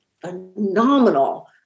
phenomenal